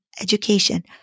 education